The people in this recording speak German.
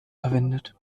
verwendet